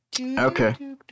Okay